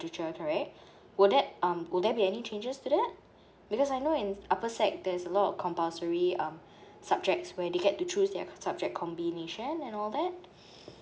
literature correct will that um will there be any changes to that because I know in upper sec there's a lot of compulsory um subjects where they get to choose their subject combination and all that